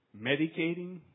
medicating